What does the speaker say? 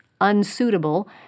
unsuitable